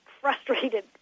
frustrated